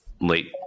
late